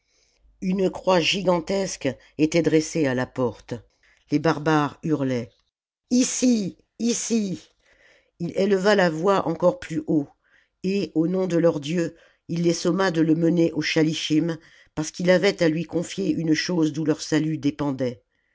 une croix gigantesque était dressée à la porte les barbares hurlaient ici ici ii éleva la voix encore plus haut et au nom de leurs dieux il les somma de le mener au schalischim parce qu'il avait à lui confier une chose d'où leur salut dépendait